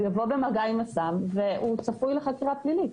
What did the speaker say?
הוא יבוא במגע עם הסם וצפוי לחקירה פלילית.